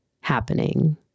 happening